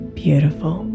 beautiful